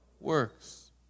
Works